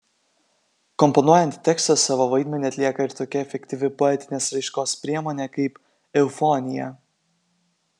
komponuojant tekstą savo vaidmenį atlieka ir tokia efektyvi poetinės raiškos priemonė kaip eufonija